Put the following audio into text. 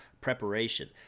preparation